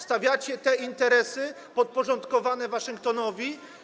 Stawiacie te interesy podporządkowane Waszyngtonowi.